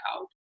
out